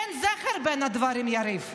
אין קשר בין הדברים, יריב,